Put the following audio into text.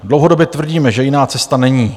Dlouhodobě tvrdíme, že jiná cesta není.